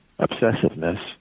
obsessiveness